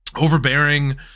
Overbearing